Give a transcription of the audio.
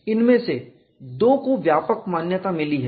इनमें से 2 को व्यापक मान्यता मिली है